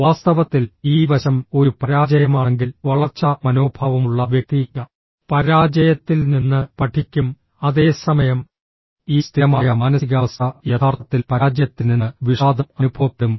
വാസ്തവത്തിൽ ഈ വശം ഒരു പരാജയമാണെങ്കിൽ വളർച്ചാ മനോഭാവമുള്ള വ്യക്തി പരാജയത്തിൽ നിന്ന് പഠിക്കും അതേസമയം ഈ സ്ഥിരമായ മാനസികാവസ്ഥ യഥാർത്ഥത്തിൽ പരാജയത്തിൽ നിന്ന് വിഷാദം അനുഭവപ്പെടും